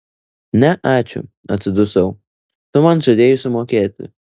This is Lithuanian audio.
ne ačiū atsidusau tu man žadėjai sumokėti